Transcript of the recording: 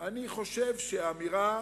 אני חושב שאמירה